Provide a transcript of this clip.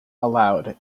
allowed